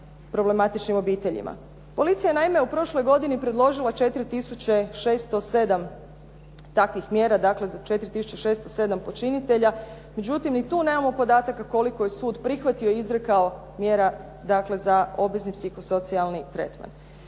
problematičnim obiteljima. Policija je naime u prošloj godini predložila 4 tisuće 607 takvih mjera, dakle, 4 tisuće 607 počinitelja međutim ni tu nemamo podataka koliko je sud prihvatio, izrekao mjera dakle za …/Govornik se ne